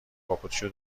کاپوتشو